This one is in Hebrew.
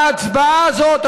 ההצבעה הזאת,